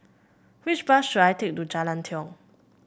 which bus should I take to Jalan Tiong